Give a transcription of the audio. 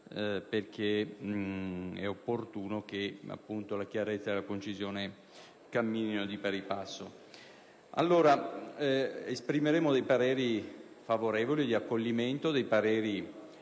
infatti opportuno che la chiarezza e la concisione camminino di pari passo. Esprimeremo alcuni pareri favorevoli, di accoglimento, altri